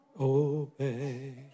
obey